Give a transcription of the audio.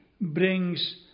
brings